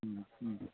ഉം ഉം